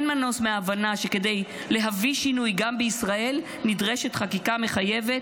אין מנוס מהבנה שכדי להביא שינוי גם בישראל נדרשת חקיקה מחייבת.